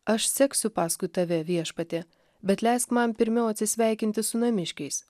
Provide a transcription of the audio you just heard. aš seksiu paskui tave viešpatie bet leisk man pirmiau atsisveikinti su namiškiais